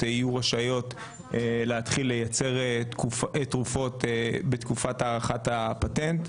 יהיו רשאיות להתחיל לייצר תרופות בתקופת הארכת הפטנט.